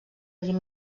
vint